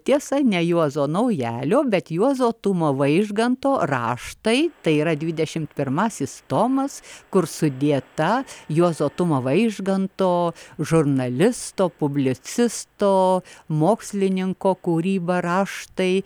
tiesa ne juozo naujalio bet juozo tumo vaižganto raštai tai yra dvidešim pirmasis tomas kur sudėta juozo tumo vaižganto žurnalisto publicisto mokslininko kūryba raštai